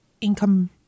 income